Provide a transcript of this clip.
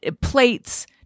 plates